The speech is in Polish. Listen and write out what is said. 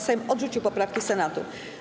Sejm odrzucił poprawki Senatu.